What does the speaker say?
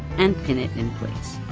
and pin it in place.